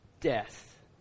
death